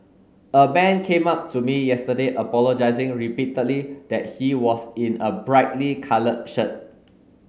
a man came up to me yesterday apologising repeatedly that he was in a brightly coloured shirt